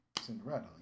Cinderella